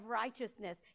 righteousness